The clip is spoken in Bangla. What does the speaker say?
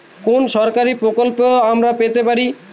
কোন সরকারি প্রকল্প আমরা পেতে পারি কি?